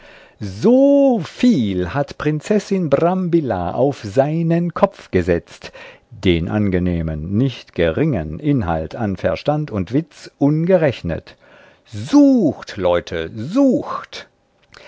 dukaten soviel hat prinzessin brambilla auf seinen kopf gesetzt den angenehmen nicht geringen inhalt an verstand und witz ungerechnet sucht leute sucht